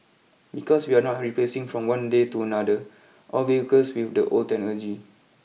because we are not replacing from one day to another all vehicles with the old technology